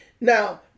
Now